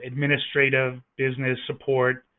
administrative, business support,